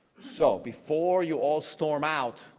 so before you all storm out.